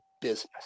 business